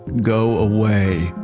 go away!